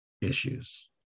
issues